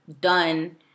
done